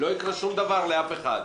לא יקרה שום דבר לאף אחד.